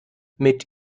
mit